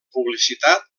publicitat